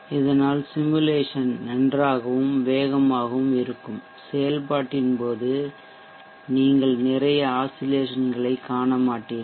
இதனால் சிமுலேசன் உருவகப்படுத்துதல் நன்றாகவும் வேகமாகவும் இருக்கும் செயல்பாட்டின் போது நீங்கள் நிறைய ஆசிலேசன்களைக் காண மாட்டீர்கள்